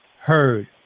heard